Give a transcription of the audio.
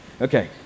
Okay